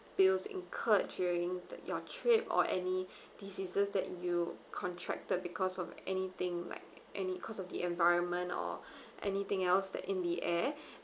bills incurred during your trip or any diseases that you contracted because of anything like any cause of the environment or anything else that in the air